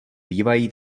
bývají